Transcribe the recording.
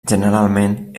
generalment